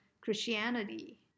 Christianity